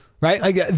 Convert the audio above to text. Right